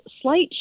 slight